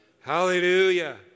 hallelujah